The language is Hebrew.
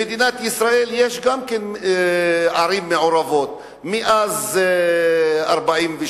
במדינת ישראל יש גם ערים מעורבות מאז 1948,